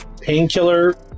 painkiller